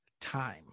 time